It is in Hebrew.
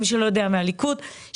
את הליכוד,